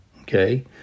Okay